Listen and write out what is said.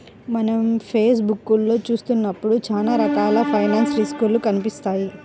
మనం ఫేస్ బుక్కులో చూత్తన్నప్పుడు చానా రకాల ఫైనాన్స్ సర్వీసులు కనిపిత్తాయి